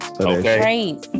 Okay